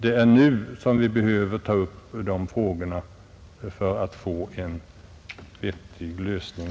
Det är nu som vi bör ta upp dessa frågor för att finna en vettig lösning.